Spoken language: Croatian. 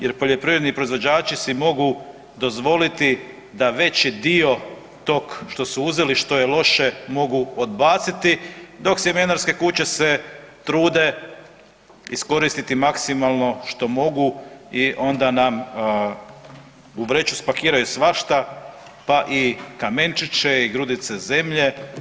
Jer poljoprivredni proizvođači si mogu dozvoliti da veći dio tog što su uzeli, što je loše mogu odbaciti dok sjemenarske kuće se trude iskoristiti maksimalno što mogu i onda nam u vreću spakiraju svašta pa i kamenčiće i grudice zemlje.